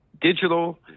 digital